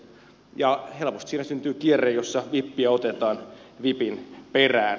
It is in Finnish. helposti siinä syntyy kierre jossa vippiä otetaan vipin perään